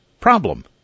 problem